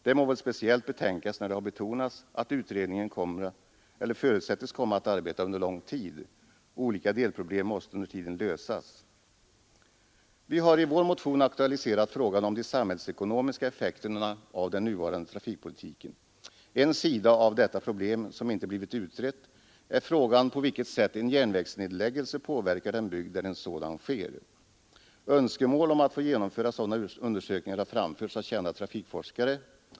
Detta må väl speciellt betänkas när det har betonats att utredningen förutsättes komma att arbeta under lång tid. Olika delproblem måste under tiden lösas. Vi har i vår motion aktualiserat frågan om de samhällsekonomiska effekterna av den nuvarande trafikpolitiken. En sida av detta problem som inte blivit utredd är frågan, på vilket sätt en järnvägsnedläggelse påverkar en bygd där en sådan sker. Önskemål om att få genomföra sådana undersökningar har framförts av kända trafikforskare.